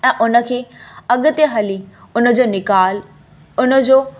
उन खे अॻिते हली उन जो निकाल उन जो